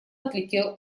отлетел